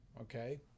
Okay